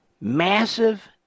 Massive